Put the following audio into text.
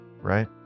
right